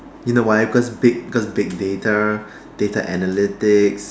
you know why because big cause big data data analytics